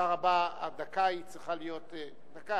תודה רבה, הדקה צריכה להיות דקה.